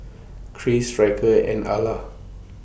Kris Ryker and Ala